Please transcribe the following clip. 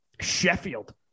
Sheffield